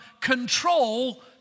control